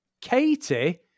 Katie